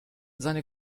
seine